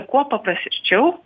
kuo paprasčiau